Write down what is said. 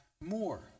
more